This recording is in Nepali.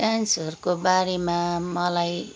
डान्सहरूको बारेमा मलाई